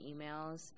emails